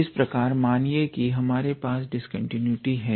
इसी प्रकार मानीये की हमारे पास डिस्कंटीन्यूटी है